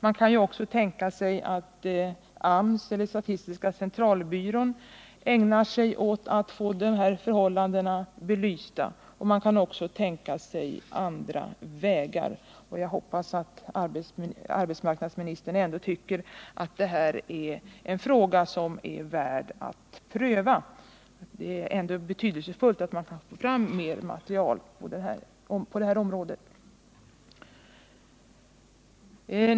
Man kan även tänka sig att via AMS eller statistiska centralbyrån få dessa förhållanden belysta. Man kan också välja andra vägar. Jag hoppas att arbetsmarknadsministern är öppen för att pröva dessa möjligheter. Det vore betydelsefullt om man kunde få fram mer material på detta område.